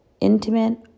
intimate